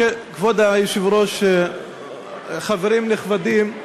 כבוד היושב-ראש, חברים נכבדים,